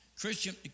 Christian